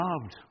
loved